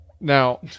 Now